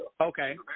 Okay